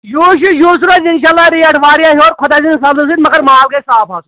یِہُس چھِ یِہُس روزِ اِنشاء اللہ ریٹ واریاہ ہیوٚر خۄداے سٕنٛدِس فَضلہٕ سۭتۍ مَگر مال گژھِ صاف آسُن